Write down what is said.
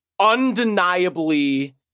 undeniably